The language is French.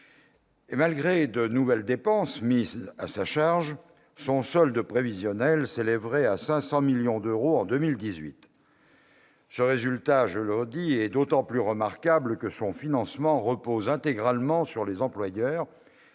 malgré de nouvelles dépenses mises à sa charge, le solde prévisionnel de la branche s'élèverait à 500 millions d'euros en 2018. Ce résultat est d'autant plus remarquable que son financement repose intégralement, je le répète,